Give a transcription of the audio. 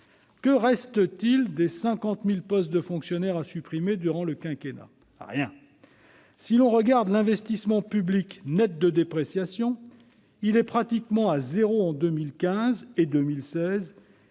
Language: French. Que reste-t-il des 50 000 postes de fonctionnaires à supprimer durant le quinquennat ? Rien ! Et si l'on regarde l'investissement public net de dépréciation, celui-ci était proche de zéro en 2015 et en 2016,